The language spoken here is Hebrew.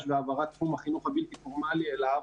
והעברת תחום החינוך הבלתי פורמלי אליו